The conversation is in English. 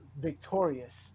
victorious